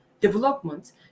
development